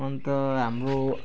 अन्त हाम्रो